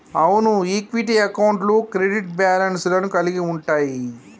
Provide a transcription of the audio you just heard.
అవును ఈక్విటీ అకౌంట్లు credit balance లను కలిగి ఉంటయ్యి